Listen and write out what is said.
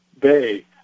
bay